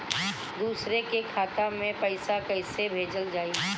दूसरे के खाता में पइसा केइसे भेजल जाइ?